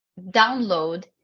download